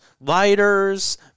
lighters